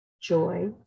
joy